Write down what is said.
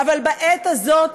אבל בעת הזאת,